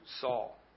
Saul